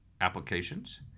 applications